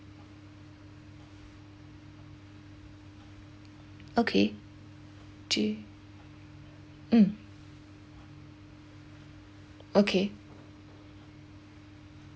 okay G mm okay